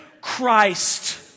Christ